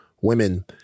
women